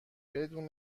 بدون